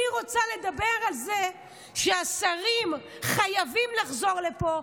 אני רוצה לדבר על זה שהשרים חייבים לחזור לפה.